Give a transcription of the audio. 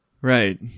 Right